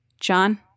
John